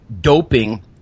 doping